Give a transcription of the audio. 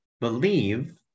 believe